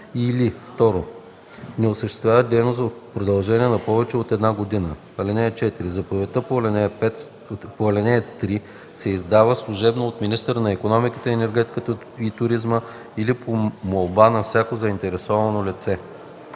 или 2. не осъществява дейност в продължение на повече от една година. (4) Заповедта по ал. 3 се издава служебно от министъра икономиката, енергетиката и туризма или по молба на всяко заинтересовано лице.”